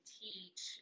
teach